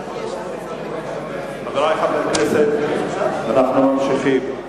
חברי חברי הכנסת, אנחנו ממשיכים.